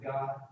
God